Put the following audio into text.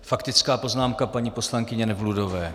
Faktická poznámka paní poslankyně Nevludové.